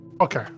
Okay